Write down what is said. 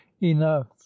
enough